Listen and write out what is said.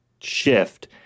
shift